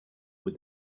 with